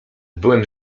byłem